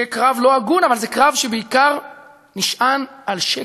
זה קרב לא הגון, אבל זה קרב שנשען בעיקר על שקר.